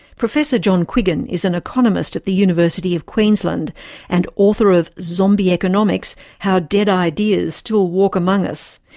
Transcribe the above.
professor john quiggin is an economist at the university of queensland and author of zombie economics how dead ideas still walk among us.